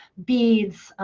beads,